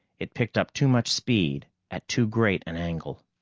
it picked up too much speed at too great an angle.